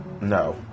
no